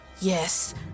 Yes